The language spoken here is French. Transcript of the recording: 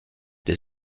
des